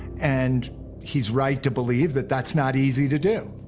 and he's right to believe that that's not easy to do.